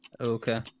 Okay